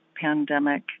pandemic